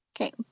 okay